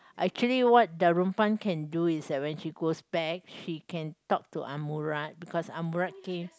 actually what Darunpan can do is that when she goes back she can talk to Amurat because Amurat gave